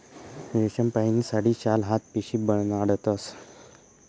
रेशीमपाहीन साडी, शाल, हात पिशीबी बनाडतस